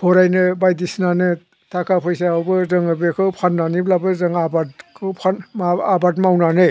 फरायनो बायदिसिनानो थाखा फैसायावबो जोङो बेखौ फाननानैब्लाबो जोङो आबादखौ माबा आबाद मावनानै